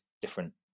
different